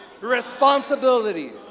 responsibility